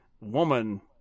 woman